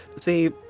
see